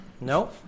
No